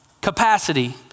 capacity